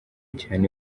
cyane